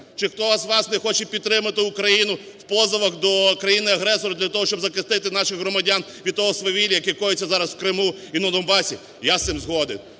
Чи хто з вас не хоче підтримати Україну в позовах до країни-агресора для того, щоб захистити наших громадян від того свавілля, яке коїться зараз в Криму і на Донбасі? Я з цим згоден.